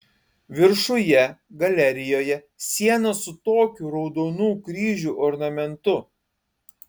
viršuje galerijoje siena su tokiu raudonų kryžių ornamentu